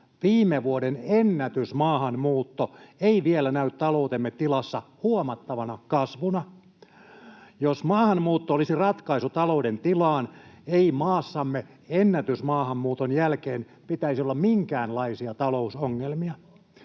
viime vuoden ennätysmaahanmuutto ei vielä näy taloutemme tilassa huomattavana kasvuna. Jos maahanmuutto olisi ratkaisu talouden tilaan, ei maassamme ennätysmaahanmuuton jälkeen pitäisi olla minkäänlaisia talousongelmia.